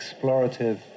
explorative